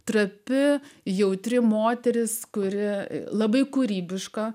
trapi jautri moteris kuri labai kūrybiška